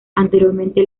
anteriormente